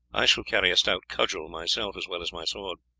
i shall carry a stout cudgel myself, as well as my sword.